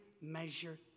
measure